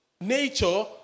nature